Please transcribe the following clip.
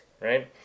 right